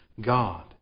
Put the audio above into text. God